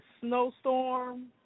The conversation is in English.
snowstorm